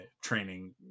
training